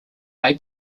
may